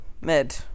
mid